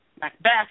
Macbeth